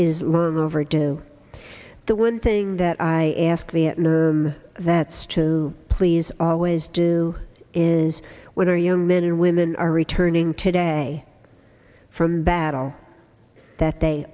is over do the one thing that i ask vietnam vets to please always do is whether young men or women are returning to day from battle that they